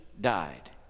died